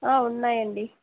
ఉన్నాయండి